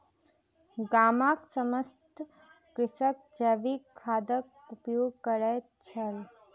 गामक समस्त कृषक जैविक खादक उपयोग करैत छल